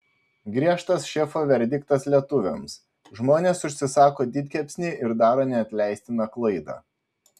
griežtas šefo verdiktas lietuviams žmonės užsisako didkepsnį ir daro neatleistiną klaidą